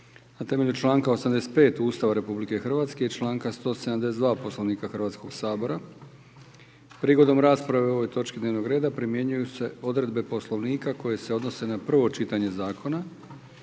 na temelju članka 85. Ustava RH i članka 172. Poslovnika Hrvatskoga sabora. Prigodom rasprave o ovoj točki dnevnog reda primjenjuju se odredbe Poslovnika koje se odnose na prvo čitanje zakona.